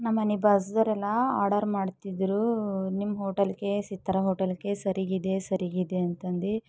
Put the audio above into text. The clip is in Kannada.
ನಮ್ಮನೆ ಬಾಜುದವರೆಲ್ಲ ಆರ್ಡರ್ ಮಾಡ್ತಿದ್ದರು ನಿಮ್ಮ ಹೋಟೇಲ್ಗೆ ಸಿತಾರ ಹೋಟೆಲ್ಗೆ ಸರೀಗಿದೆಯಾ ಸರೀಗಿದೆಯಾ ಅಂತಂದು